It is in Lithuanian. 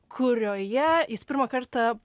kurioje jis pirmą kartą